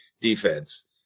defense